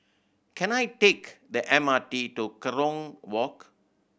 can I take the M R T to Kerong Walk